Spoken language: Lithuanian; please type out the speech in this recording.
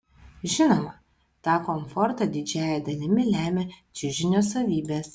žinoma tą komfortą didžiąja dalimi lemia čiužinio savybės